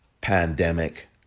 pandemic